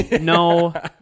No